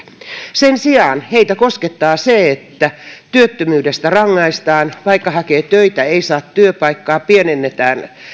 sen sijaan heitä koskettaa se että työttömyydestä rangaistaan vaikka hakee töitä ei saa työpaikkaa pienennetään